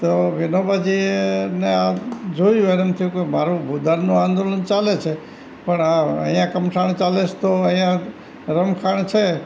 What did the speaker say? તો વિનોબાજીએ ને આ જોયું એને એમ થયું કે આ મારું ભુદાનનું આંદોલન ચાલે છે પણ આ અહીંયા કમઠાણ ચાલે છે તો અહીંયા રમખાણ છે